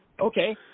Okay